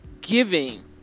giving